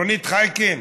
רונית חייקין,